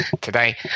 today